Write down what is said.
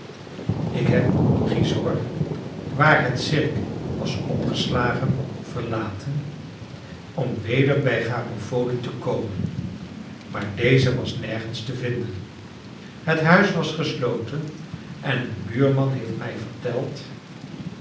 ik heb gisors waar het cirque was opgeslagen verlaten om weder bij garofoli te komen maar deze was nergens te vinden het huis was gesloten en een buurman heeft mij verteld